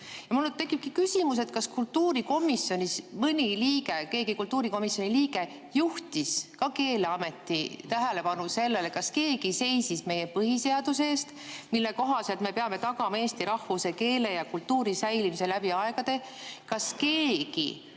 Mul tekibki küsimus, kas kultuurikomisjoni mõni liige, keegi kultuurikomisjoni liige juhtis ka Keeleameti tähelepanu sellele. Kas keegi seisis meie põhiseaduse eest, mille kohaselt me peame tagama eesti rahvuse, keele ja kultuuri säilimise läbi aegade? Kas keegi